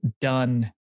done